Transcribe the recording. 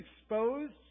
exposed